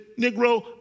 Negro